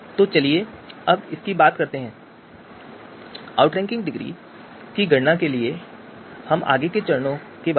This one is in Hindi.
तो चलिए अब बात करते हैं आउटरैंकिंग डिग्री की गणना के चरणों के बारे में